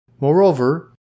Moreover